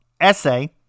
essay